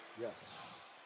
Yes